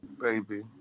baby